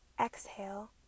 Exhale